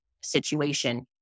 situation